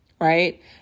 right